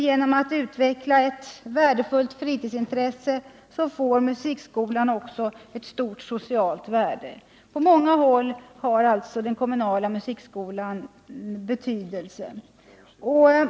Genom att utveckla ett värdefullt fritidsintresse får musikskolan också ett stort socialt värde. På många sätt har alltså den kommunala musikskolan betydelse.